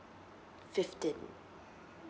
fifteen